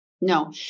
no